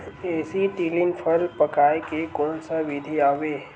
Acetylene फल पकाय के कोन सा विधि आवे?